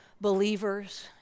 believers